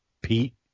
Pete